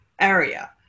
area